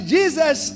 Jesus